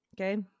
Okay